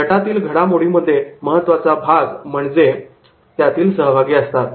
गटांमधील घडामोडीमध्ये महत्त्वाचा भाग म्हणजे त्यातील सहभागी असतात